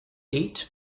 eight